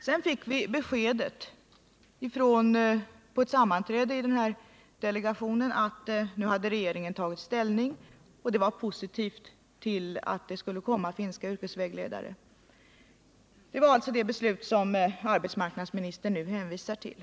Sedan fick vi på ett sammanträde i delegationen beskedet att nu hade regeringen tagit ställning och fattat ett positivt beslut om att finska yrkesvägledare skulle komma hit. Det var alltså det beslut som arbetsmark nadsministern nu hänvisar till.